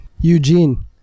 Eugene